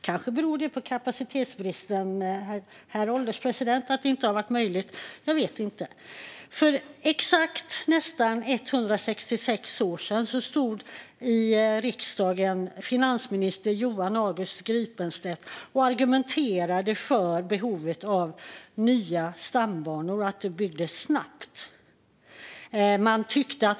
Kanske beror det på kapacitetsbristen, herr ålderspresident, att det inte varit möjligt - jag vet inte. För nästan exakt 166 år sedan stod finansminister Johan August Gripenstedt i riksdagen och argumenterade för behovet av att nya stambanor byggdes snabbt.